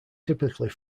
typically